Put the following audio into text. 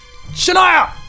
Shania